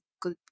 good